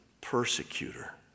persecutor